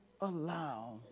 allow